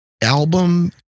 album